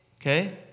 Okay